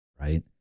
Right